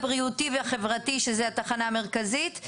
הבריאותי והחברתי שזה התחנה המרכזית.